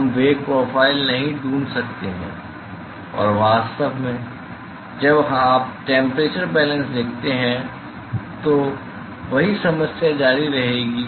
हम वेग प्रोफ़ाइल नहीं ढूंढ सकते हैं और वास्तव में जब आप टेम्परेचर बेलेन्स लिखते हैं तो वही समस्या जारी रहेगी